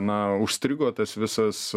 na užstrigo tas visas